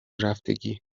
رفتگی